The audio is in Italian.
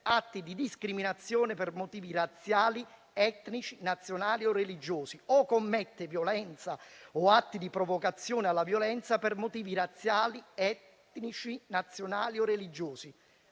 atti di discriminazione per motivi razziali, etnici, nazionali o religiosi», o chi commette «violenza o atti di provocazione alla violenza per motivi razziali, etnici, nazionali o religiosi».